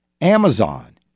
Amazon